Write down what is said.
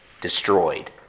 destroyed